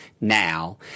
now